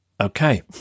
Okay